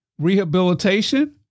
rehabilitation